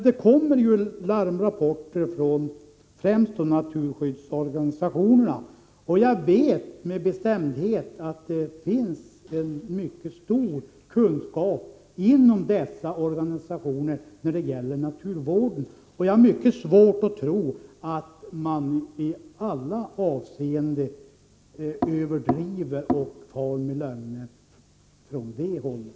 Det kommer ju larmrapporter från främst naturskyddsorganisationerna, och jag vet med bestämdhet att det finns mycket stora kunskaper inom dessa organisationer när det gäller naturvården. Jag har mycket svårt att tro att man alltid överdriver och kommer med lögner från det hållet.